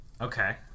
okay